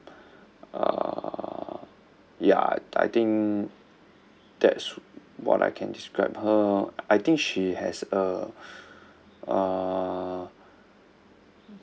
uh ya I think that's what I can describe her I think she has a uh